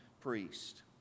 priest